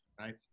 right